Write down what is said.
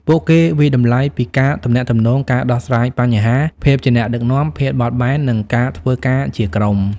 ពួកគេវាយតម្លៃពី ការទំនាក់ទំនង ការដោះស្រាយបញ្ហា ភាពជាអ្នកដឹកនាំ ភាពបត់បែន និងការធ្វើការជាក្រុម។